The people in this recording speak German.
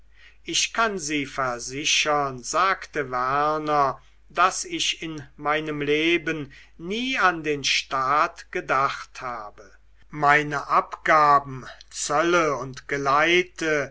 ich kann sie versichern sagte werner daß ich in meinem leben nie an den staat gedacht habe meine abgaben zölle und geleite